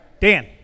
dan